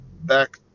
back